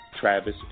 Travis